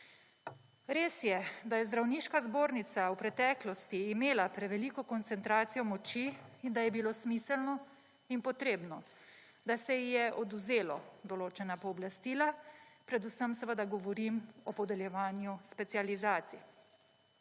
Res je, da je Zdravniška zbornica v preteklosti imela preveliko koncentracijo moči in da je bilo smiselno in potrebno, da se ji je odvzelo določena pooblastila, predvsem seveda govorim o podeljevanju specializacij.